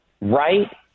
right